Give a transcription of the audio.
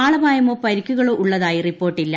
ആളപായമോ പരിക്കുകളോ ഉള്ളതായി റിപ്പോർട്ടില്ല